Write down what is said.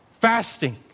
fasting